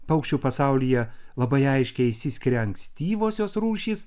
paukščių pasaulyje labai aiškiai išsiskiria ankstyvosios rūšys